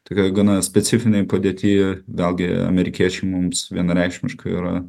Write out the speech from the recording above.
tokioj gana specifinėj padėty vėlgi amerikiečiai mums vienareikšmiškai yra